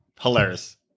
Hilarious